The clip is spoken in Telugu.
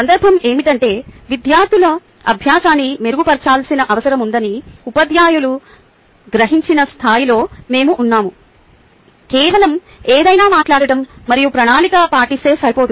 సందర్భం ఏమిటంటే విద్యార్థుల అభ్యాసాన్ని మెరుగుపరచాల్సిన అవసరం ఉందని ఉపాధ్యాయులు గ్రహించిన స్థాయిలో మేము ఉన్నాము కేవలం ఏదైనా మాట్లాడటం మరియు ప్రణాళిక పాటిస్తే సరిపోదు